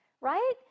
right